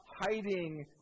hiding